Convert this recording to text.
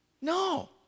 No